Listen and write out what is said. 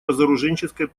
разоруженческой